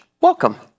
Welcome